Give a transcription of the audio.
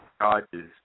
charges